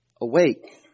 awake